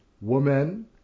Woman